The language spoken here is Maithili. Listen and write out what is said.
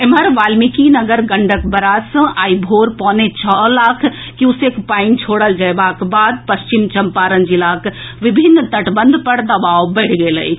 एम्हर वाल्मीकिनगर गंडक बराज सँ आइ भोर पौने छओ लाख क्यूसेक पानि छोड़ल जएबाक बाद पश्चिम चंपारण जिलाक विभिन्न तटबंध पर दबाव बढ़ि गेल अछि